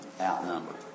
outnumbered